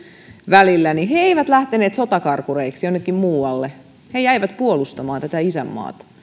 välillä eivät lähteneet sotakarkureiksi jonnekin muualle he jäivät puolustamaan tätä isänmaata